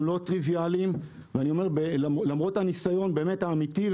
הם לא טריוויאליים ולמרות הניסיון האמיתי,